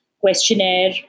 questionnaire